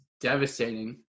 devastating